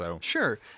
Sure